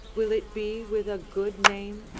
will it be with a good name?